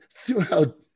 Throughout